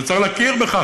צריך להכיר בכך.